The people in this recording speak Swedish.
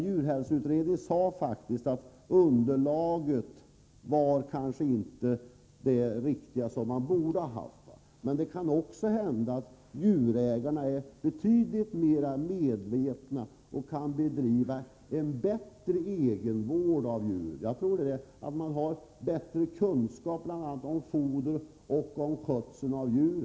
Djurhälsoutredningen sade faktiskt att underlaget kanske inte var det riktiga, som man borde haft. Men det kan hända att djurägarna är betydligt mera medvetna och kan bedriva en bättre egenvård av djur. Jag tror att de har bättre kunskap bl.a. om foder och om skötsel av djur.